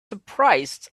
surprised